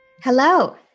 Hello